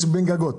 בין גגות.